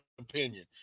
opinion